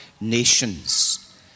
nations